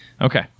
Okay